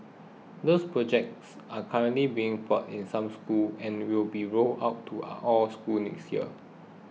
these projects are currently being piloted in some school and will be rolled out to all schools next year